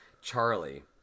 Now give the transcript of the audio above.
Charlie